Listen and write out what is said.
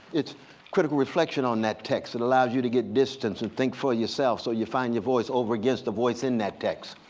it's critical reflection on that text. it allows you to get distance and think for yourself so you find your voice over against the voice in that text.